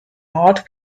ort